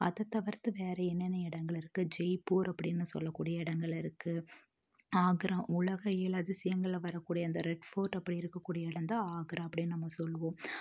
அதைதவிர்த்து வேறு என்னென்ன இடங்கள் இருக்குது ஜெய்ப்பூர் அப்படின்னு சொல்லக்கூடிய இடங்கள் இருக்குது ஆக்ரா உலக ஏழு அதிசயங்கள்ல வரக்கூடிய அந்த ரெட் ஃபோர்ட் அப்படி இருக்கக்கூடிய இடந்தான் ஆக்ரா அப்படின்னு நம்ம சொல்லுவோம்